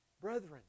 Brethren